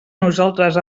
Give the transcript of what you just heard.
nosaltres